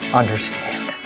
understand